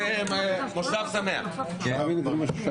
בקשת הממשלה